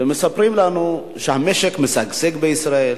ומספרים לנו שהמשק משגשג בישראל,